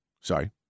Sorry